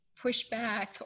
pushback